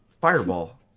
Fireball